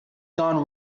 gone